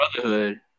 brotherhood